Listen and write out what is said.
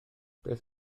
beth